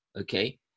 Okay